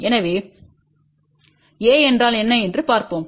எனவே A என்றால் என்ன என்று பார்ப்போம்